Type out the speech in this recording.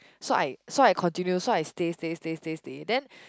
so I so I continue so I stay stay stay stay stay then